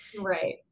Right